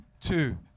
two